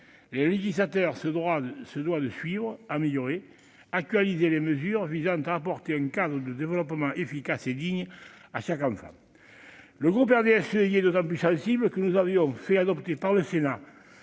le législateur se doit de suivre, d'améliorer et d'actualiser les mesures visant à garantir un cadre de développement efficace et digne à chaque enfant. Le groupe du RDSE est d'autant plus sensible à cette question que nous avions fait adopter par le Sénat